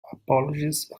apologies